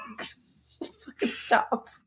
Stop